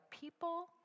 people